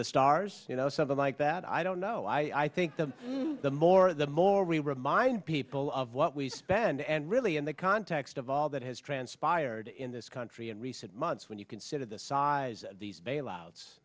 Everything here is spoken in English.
the stars you know something like that i don't know i think the more the more we remind people of what we spend and really in the context of all that has transpired in this country in recent months when you consider the size of these